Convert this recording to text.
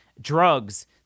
drugs